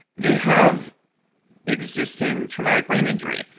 they have existing traumatic brain injury.